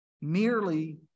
merely